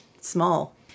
small